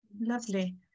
Lovely